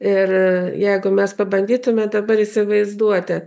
ir jeigu mes pabandytumėm dabar įsivaizduoti